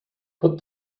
put